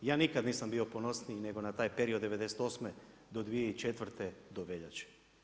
Ja nikad nisam bio ponosniji nego na taj period od '98. do 2004. do veljače.